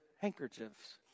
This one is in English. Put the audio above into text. handkerchiefs